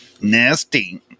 nasty